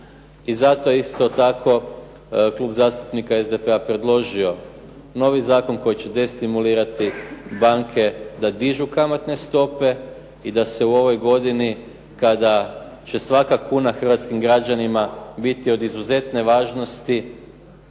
I zato isto tako Klub zastupnika SDP-a predložio novi zakon koji će destimulirati banke da dižu kamatne stope i da se u ovoj godini kada će svaka kuna hrvatskim građanima biti od izuzetne važnosti,